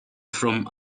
from